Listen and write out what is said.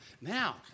Now